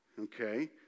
okay